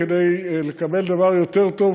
כדי לקבל דבר יותר טוב,